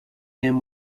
him